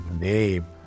name